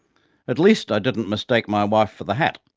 at least i didn't mistake my wife for the hat,